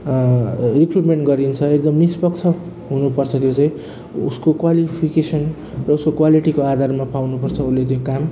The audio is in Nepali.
रिक्रुटमेन्ट गरिन्छ एकदम निष्पक्ष हुनु पर्छ त्यो चाहिँ उसको क्वालिफिकेसन उसको क्वालिटीको आधारमा पाउनु पर्छ उसले त्यो काम